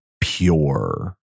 pure